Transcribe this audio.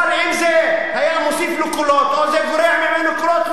אבל אם זה היה מוסיף לו קולות או גורע ממנו קולות,